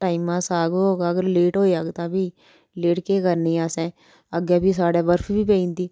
टाइमा साग होग अगर लेट होई जाग तां फ्ही लेट केह् करनी असें अग्गैं फ्ही साढ़ै बर्फ बी पेई जंदी